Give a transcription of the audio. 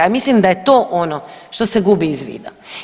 Mislim da je to ono što se gubi iz vida.